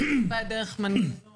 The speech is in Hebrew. שקובע דרך מנגנון